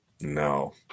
No